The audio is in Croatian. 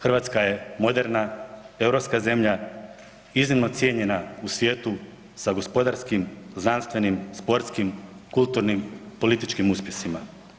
Hrvatska je moderna europska zemlja, iznimno cijenjena u svijetu sa gospodarskim, znanstvenim, sportskim, kulturnim, političkim uspjesima.